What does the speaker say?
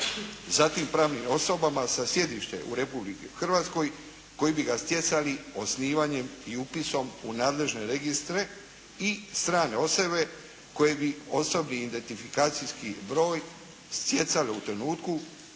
Zatim, pravnim osobama sa sjedištem u Republici Hrvatskoj koji bi ga stjecali osnivanjem i upisom u nadležne registre i strane osobe koje bi osobni identifikacijski broj stjecale u trenutku